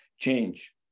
change